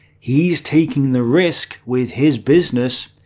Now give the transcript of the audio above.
he's taking the risk with his business,